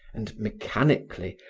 and mechanically,